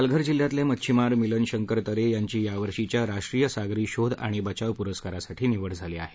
पालघर जिल्ह्यातले मच्छिमार मिलन शंकर तरे यांची यावर्षीच्या राष्ट्रीय सागरी शोध आणि बचाव प्रस्कारासाठी निवड झाली आहे